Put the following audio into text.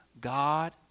God